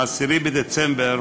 ב-10 בדצמבר,